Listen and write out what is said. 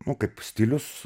nu kaip stilius